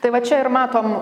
tai va čia ir matom